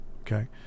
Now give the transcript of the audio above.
Okay